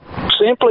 simply